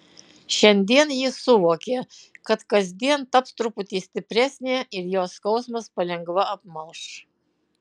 šiandien ji suvokė kad kasdien taps truputį stipresnė ir jos skausmas palengva apmalš